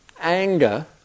anger